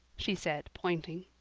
she said, pointing.